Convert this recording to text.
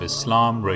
Islam